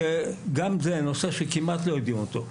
גם זהו נושא שכמעט לא העבירו אותו.